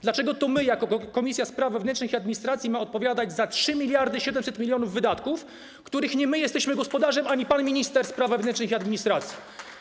Dlaczego to my jako komisja spraw wewnętrznych i administracji mamy odpowiadać za 3700 mln zł wydatków, których nie jesteśmy gospodarzem, a nie pan minister spraw wewnętrznych i administracji?